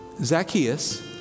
Zacchaeus